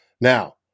Now